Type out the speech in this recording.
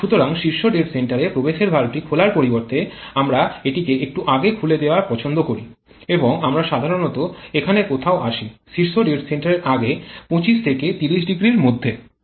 এবং সুতরাং শীর্ষ ডেড সেন্টারে প্রবেশের ভালভটি খোলার পরিবর্তে আমরা এটিকে একটু আগে খুলে দেওয়া পছন্দ করি এবং আমরা সাধারণত এখানে কোথাও আসি শীর্ষ ডেড সেন্টারে আগে ২৫ থেকে ৩০০ এরমধ্যে